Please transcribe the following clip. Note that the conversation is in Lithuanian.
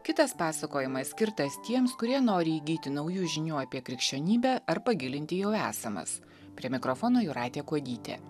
kitas pasakojimas skirtas tiems kurie nori įgyti naujų žinių apie krikščionybę ar pagilinti jau esamas prie mikrofono jūratė kuodytė